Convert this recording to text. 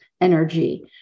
energy